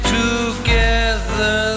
together